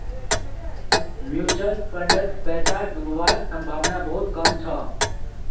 mutual फंडत पैसा डूबवार संभावना बहुत कम छ